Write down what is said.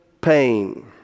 Pain